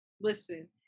listen